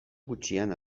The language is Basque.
gutxian